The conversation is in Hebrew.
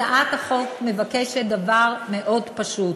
הצעת החוק מבקשת דבר מאוד פשוט: